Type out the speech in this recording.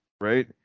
right